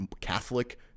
catholic